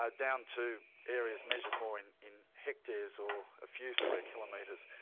ah down to areas measured more in in hectares or a few square kilometres,